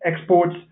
exports